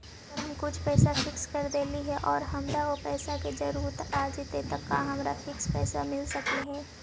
अगर हम कुछ पैसा फिक्स कर देली हे और हमरा पैसा के जरुरत आ जितै त का हमरा फिक्स पैसबा मिल सकले हे?